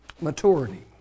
maturity